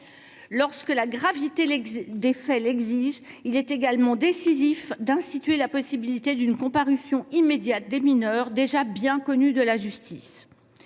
Lorsque la gravité des faits l’exige, il est également décisif d’instituer la possibilité d’une comparution immédiate de mineurs déjà bien connus de la justice.